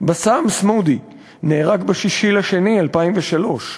באסם סמודי נהרג ב-6 בפברואר 2003,